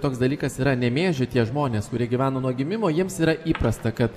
toks dalykas yra nemėžy tie žmonės kurie gyveno nuo gimimo jiems yra įprasta kad